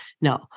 No